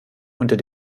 unter